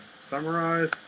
summarize